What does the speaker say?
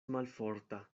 malforta